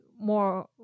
more